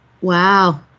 Wow